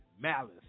malice